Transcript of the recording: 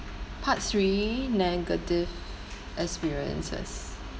part three negative experiences